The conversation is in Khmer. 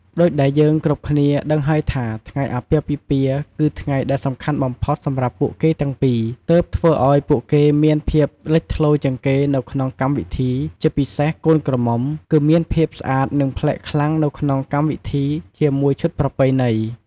ដូចដែរយើងគ្រប់គ្នាដឹងហើយថា ថ្ងៃអាពាហ៍ពិពាហ៍គឺថ្ងៃដែលសំខាន់បំផុតសម្រាប់ពួកគេទាំងពីរ ទើបធ្វើឲ្យពួកគេមានភាពលេចធ្លោជាងគេនៅក្នុងកម្មវិធី ជាពិសេសកូនក្រមុំ គឺមានភាពស្អាតនិងប្លែកខ្លាំងនៅក្នុងកម្មវិធីជាមួយឈុតប្រពៃណី។